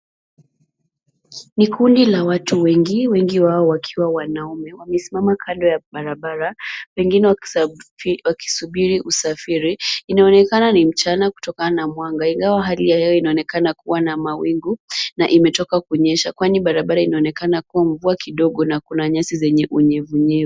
Ni kundi la watu wengi, wengi wao wakiwa wanaume wamesimama kando ya barabara wengine wakisubiri usafiri. Inaonekana ni mchana kutokana na mwanga ingawa hali yao inaoekana kuwa na mawingu a imetoka kunyesha kwani barabara inaonekana kuwa mvua kidogo na kuna nyasi zenye unyevunyevu.